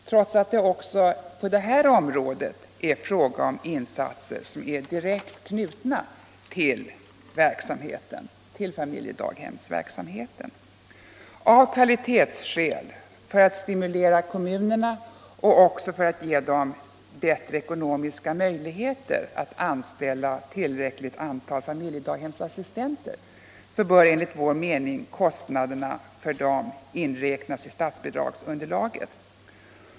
trots att det Barnomsorgen Barnomsorgen även här är fråga om insatser direkt knutna till familjedaghemsverksamheten. Av kvalitetsskäl, för att stimulera kommunerna och ge dem vidgade ekonomiska möjligheter att anställa ett tillräckligt antal familjedaghemsassistenter bör enligt vår mening kostnaderna för dessa inräknas 1 statsbidragsunderlaget.